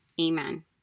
Amen